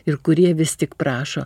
ir kurie vis tik prašo